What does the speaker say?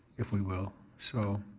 if we will. so,